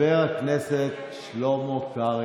זה נכון.